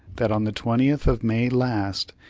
that on the twentieth of may last,